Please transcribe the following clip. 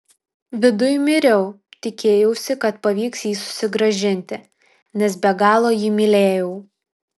viduj miriau tikėjausi kad pavyks jį susigrąžinti nes be galo jį mylėjau